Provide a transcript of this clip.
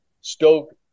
stoke